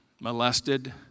molested